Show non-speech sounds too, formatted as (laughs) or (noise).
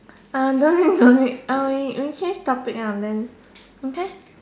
uh don't need (laughs) don't need uh we we change topic lah then okay